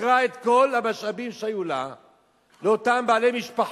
מכרה את כל המשאבים שהיו לה לאותם בעלי משפחות,